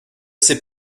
sait